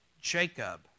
Jacob